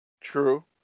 true